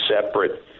separate